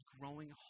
growing